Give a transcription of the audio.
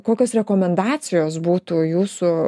kokios rekomendacijos būtų jūsų